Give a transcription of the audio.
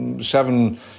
seven